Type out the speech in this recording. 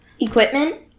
Equipment